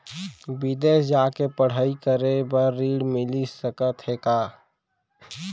बिदेस जाके पढ़ई करे बर ऋण मिलिस सकत हे का?